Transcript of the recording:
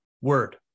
word